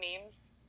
memes